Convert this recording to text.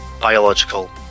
biological